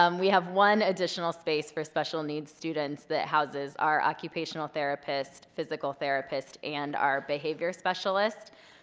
um we have one additional space for special needs students that houses our occupational therapists, physical therapists, and our behavior specialists,